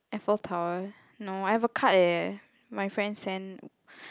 Eiffel Tower no I've a card eh my friend send